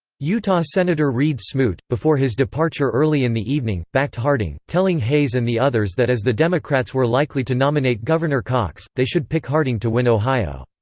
utah senator reed smoot, before his departure early in the evening, backed harding, telling hays and the others that as the democrats were likely to nominate governor cox, they should pick harding to win ohio.